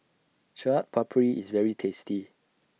Chaat Papri IS very tasty